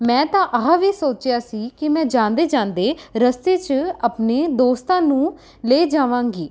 ਮੈਂ ਤਾਂ ਆਹ ਵੀ ਸੋਚਿਆ ਸੀ ਕਿ ਮੈਂ ਜਾਂਦੇ ਜਾਂਦੇ ਰਸਤੇ 'ਚ ਆਪਣੇ ਦੋਸਤਾਂ ਨੂੰ ਲੈ ਜਾਵਾਂਗੀ